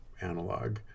analog